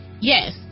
Yes